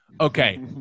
Okay